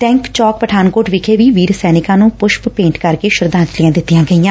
tech Chowk Pathankot ਵਿਖੇ ਵੀ ਵੀਰ ਸੈਨਿਕਾਂ ਨੂੰ ਪੁਸ਼ਪ ਭੇਂਟ ਕਰਕੇ ਸ਼ਰਧਾਂਜਲੀਆਂ ਦਿੱਤੀਆਂ ਗਈਆਂ